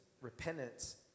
repentance